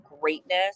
greatness